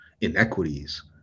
inequities